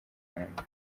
rwanda